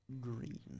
green